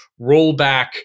rollback